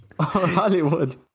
Hollywood